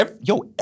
yo